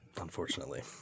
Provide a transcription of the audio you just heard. unfortunately